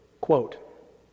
Quote